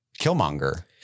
Killmonger